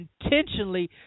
intentionally